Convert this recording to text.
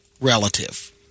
relative